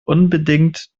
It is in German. unbedingt